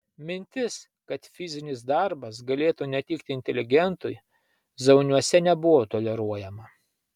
mintis kad fizinis darbas galėtų netikti inteligentui zauniuose nebuvo toleruojama